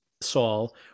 Saul